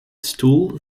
stoel